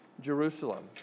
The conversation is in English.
Jerusalem